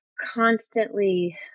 constantly